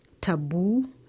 taboo